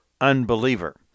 unbeliever